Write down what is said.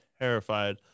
terrified